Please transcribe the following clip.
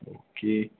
okay